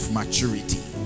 maturity